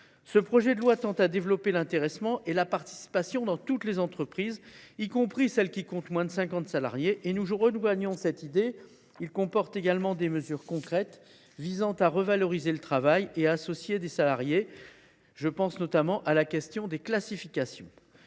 Le présent texte tend à développer l’intéressement et la participation dans toutes les entreprises, y compris celles qui comptent moins de 50 salariés, et nous approuvons cette idée. Il comporte également des mesures concrètes visant à revaloriser le travail et à mieux associer les salariés. Je pense notamment à la question des classifications.